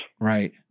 Right